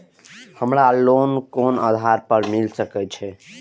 हमरा लोन कोन आधार पर मिल सके छे?